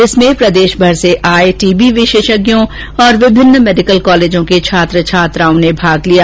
इसमें प्रदेशभरसे आए टी बी विशेषज्ञों और विभिन्न मेडिकल कॉलेजों के छात्र छात्राओं ने भाग लिया